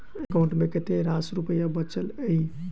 account मे कतेक रास रुपया बचल एई